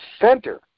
center